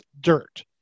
dirt